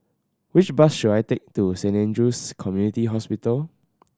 which bus should I take to Saint Andrew's Community Hospital